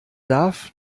darf